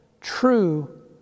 true